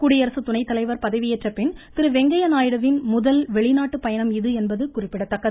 குடியரசு துணை தலைவர் பதவியேற்றபின் திரு வெங்கைய நாயுடுவின் முதல் வெளிநாட்டுப்பயணம் இது என்பது குறிப்பிடத்தக்கது